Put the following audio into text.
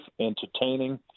entertaining